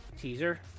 teaser